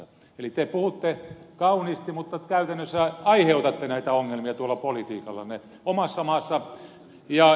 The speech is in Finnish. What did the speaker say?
te puhutte kauniisti mutta käytännössä aiheutatte näitä ongelmia tuolla politiikallanne omassa maassamme